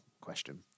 question